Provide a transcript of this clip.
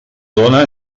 dóna